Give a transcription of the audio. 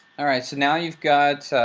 all right so now you've got